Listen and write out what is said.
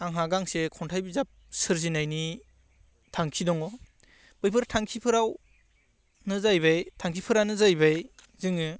आंहा गांसे खन्थाइ बिजाब सोरजिनायनि थांखि दङ बैफोर थांखिफोरावनो जाहैबाय थांखिफोरानो जाहैबाय जोङो